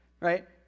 right